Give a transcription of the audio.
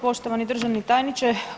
Poštovani državni tajniče.